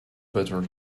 better